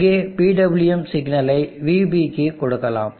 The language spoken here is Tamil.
இங்கு PWM சிக்னலை Vb க்கு கொடுக்கலாம்